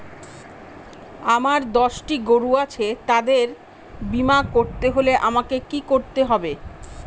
আমার দশটি গরু আছে তাদের বীমা করতে হলে আমাকে কি করতে হবে?